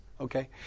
Okay